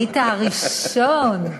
היית הראשון.